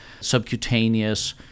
subcutaneous